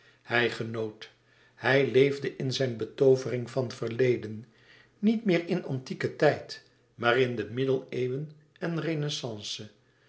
hij genoot hij leefde in zijne betoovering van verleden niet meer in antieken tijd maar in de middeneeuwen en